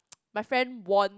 my friend won